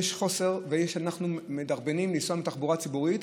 כשיש חוסר ואנחנו מדרבנים לנסוע בתחבורה הציבורית,